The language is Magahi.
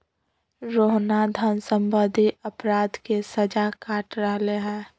रोहना धन सम्बंधी अपराध के सजा काट रहले है